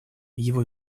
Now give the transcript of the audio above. его